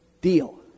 deal